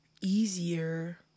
easier